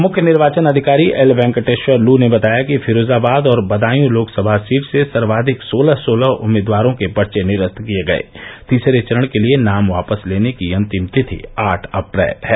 मुख्य निर्वाचन अधिकारी एल वेंकटेषर लू ने बताया कि फिरोजाबाद और बदायूं लोकसभा सीट से सर्वाधिक सोलह सोलह उम्मीदवारों के पर्चे निरस्त किये गये तीसरे चरण के लिये नाम वापस लेने की अंतिम तिथि आठ अप्रैल है